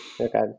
Okay